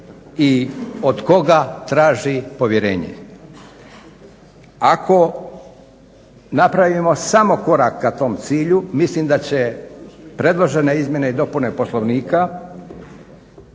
i od koga traži povjerenje.